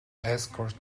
escort